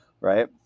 right